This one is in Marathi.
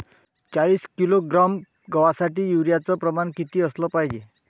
चाळीस किलोग्रॅम गवासाठी यूरिया च प्रमान किती असलं पायजे?